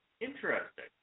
Interesting